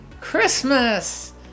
christmas